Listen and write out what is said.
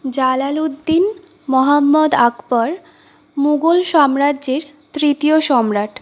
Jalaluddin Muhammad Akbar Mughal সম্রাজ্যের তৃতীয় সম্রাট